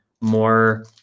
more